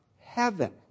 heaven